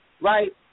right